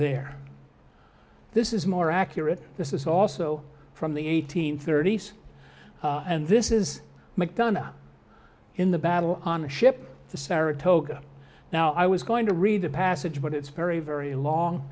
there this is more accurate this is also from the eighteenth thirty's and this is mcdonough in the battle on the ship to saratoga now i was going to read the passage but it's very very long